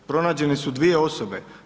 Pronađene su dvije osobe.